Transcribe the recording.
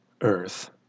Earth